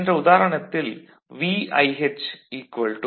சென்ற உதாரணத்தில் VIH 1